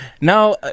Now